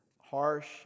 Harsh